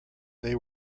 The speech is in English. they